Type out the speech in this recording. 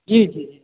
जी जी जी